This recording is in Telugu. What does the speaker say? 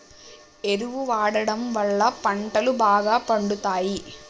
ఎరువు వాడడం వళ్ళ పంటలు బాగా పండుతయి